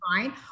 fine